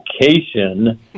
vacation